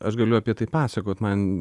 aš galiu apie tai pasakot man